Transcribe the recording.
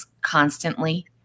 constantly